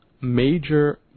major